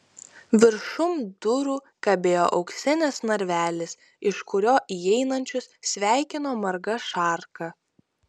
viršum durų kabėjo auksinis narvelis iš kurio įeinančius sveikino marga šarka